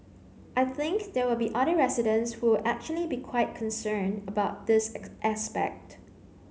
I think there will be other residents who will actually be quite concerned about this aspect